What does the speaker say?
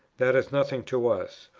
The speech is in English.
that is nothing to us.